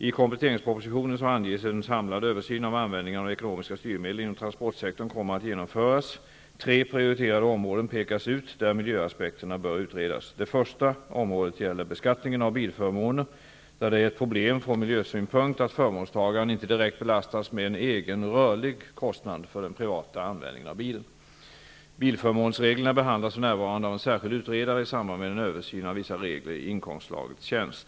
I kompletteringspropositionen anges att en samlad översyn av användningen av ekonomiska styrmedel inom transportsektorn kommer att genomföras. Tre prioriterade områden pekas ut där miljöaspekterna bör utredas. Det första området gäller beskattningen av bilförmåner, där det är ett problem från miljösynpunkt att förmånstagaren inte direkt belastas med en egen rörlig kostnad för den privata användningen av bilen. Bilförmånsreglerna behandlas för närvarande av en särskild utredare i samband med en översyn av vissa regler i inkomstslaget tjänst .